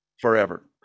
Forever